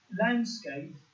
landscape